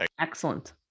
Excellent